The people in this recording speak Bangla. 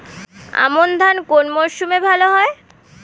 আমন ধান কোন মরশুমে ভাল হয়?